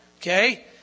Okay